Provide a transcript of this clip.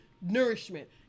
Nourishment